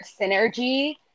synergy